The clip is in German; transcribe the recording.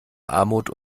armut